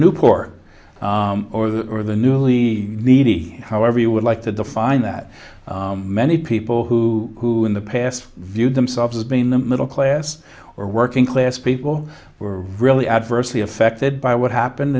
newport or the or the newly needy however you would like to define that many people who are in the past view themselves as being the middle class or working class people who are really adversely affected by what happened